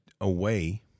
away